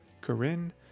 Corinne